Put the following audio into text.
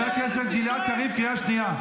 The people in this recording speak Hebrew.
חבר הכנסת גלעד קריב, קריאה שנייה.